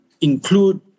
include